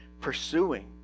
pursuing